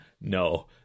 No